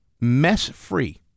mess-free